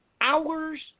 hours